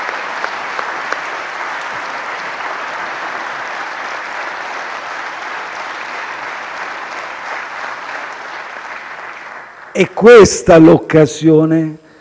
È questa l'occasione